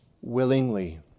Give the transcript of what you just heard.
willingly